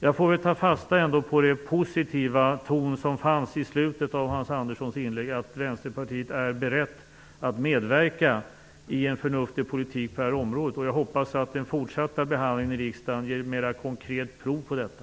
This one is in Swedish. Jag får väl ta fasta på den positiva ton som fanns i slutet av Hans Anderssons inlägg, att Västerpartiet är berett att medverka i en förnuftig politik på detta område. Jag hoppas att den fortsatta behandlingen i riksdagen ger ett mera konkret prov på detta.